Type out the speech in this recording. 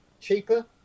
cheaper